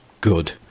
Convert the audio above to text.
good